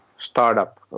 startup